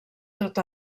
tot